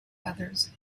others